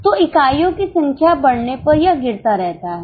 तो इकाइयों की संख्या बढ़ने पर यह गिरता रहता है